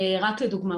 רק לדוגמה,